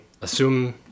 assume